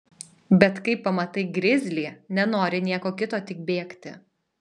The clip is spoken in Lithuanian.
bet kai pamatai grizlį nenori nieko kito tik bėgti